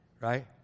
right